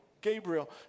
Gabriel